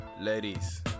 ladies